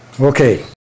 Okay